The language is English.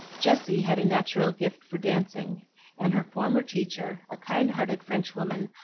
jessie had a natural gift for dancing and her former teacher, a kind-hearted frenchwoman,